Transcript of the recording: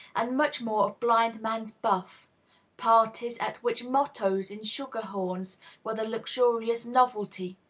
and much more of blind-man's-buff parties at which mottoes in sugar horns were the luxurious novelty,